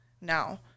now